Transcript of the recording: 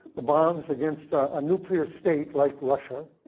the bombs, against a nuclear state like russia